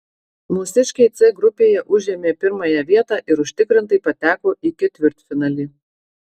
mūsiškiai c grupėje užėmė pirmąją vietą ir užtikrintai pateko į ketvirtfinalį